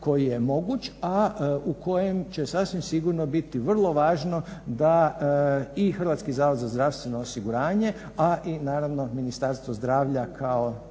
koji je moguć a u kojem će sasvim sigurno biti vrlo važno da i Hrvatski zavod za zdravstveno osiguranje a i naravno Ministarstvo zdravlja kao